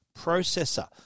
processor